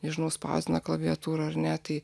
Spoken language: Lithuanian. nežinau spausdina klaviatūra ar ne tai